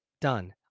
Done